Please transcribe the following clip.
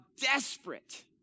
desperate